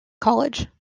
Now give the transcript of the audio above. college